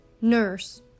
Nurse